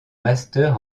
master